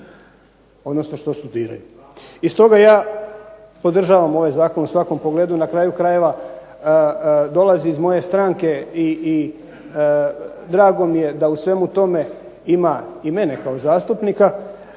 odnosno što studiraju. I stoga ja podržavam ovaj zakon u svakom pogledu i na kraju krajeva dolazi iz moje stranke i drago mi je da u svemu tome ima i mene kao zastupnika